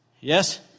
Yes